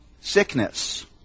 sickness